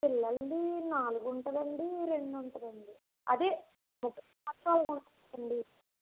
పిల్లలది నాలుగు ఉంటుంది అండి రెండు ఉంటుంది అండి అదే ఫస్ట్ చూపించండి